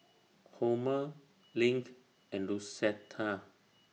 Homer LINK and Lucetta